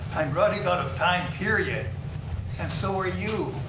i'm running out of time period and so are you.